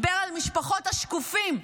דיבר על משפחות השקופים,